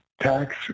tax